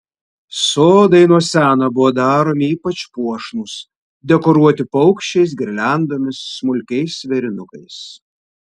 sodai nuo seno buvo daromi ypač puošnūs dekoruoti paukščiais girliandomis smulkiais vėrinukais